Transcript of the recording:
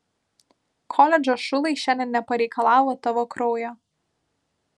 koledžo šulai šiandien nepareikalavo tavo kraujo